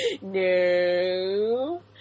No